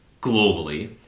globally